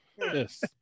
Yes